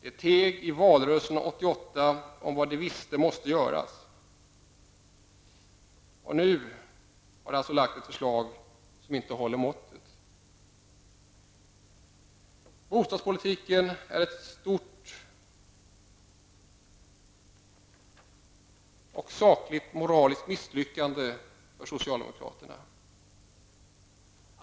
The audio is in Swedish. I valrörelsen 1988 teg de om det som måste göras, trots att de visste detta. Nu har de lagt fram ett förslag som inte håller måttet. Bostadspolitiken är ett stort sakligt och moraliskt misslyckande för socialdemokraterna.